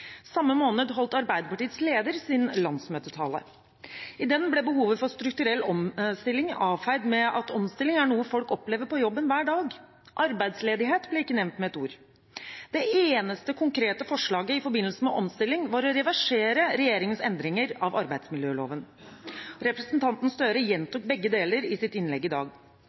Samme måned holdt Arbeiderpartiets leder sin landsmøtetale. I den ble behovet for strukturell omstilling avfeid med at omstilling er noe folk opplever på jobben hver dag. Arbeidsledighet ble ikke nevnt med et ord. Det eneste konkrete forslaget i forbindelse med omstilling var å reversere regjeringens endringer av arbeidsmiljøloven. Representanten Gahr Støre gjentok begge deler i sitt innlegg i dag.